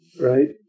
right